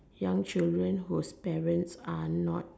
young children whose parent are not